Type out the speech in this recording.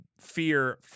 fear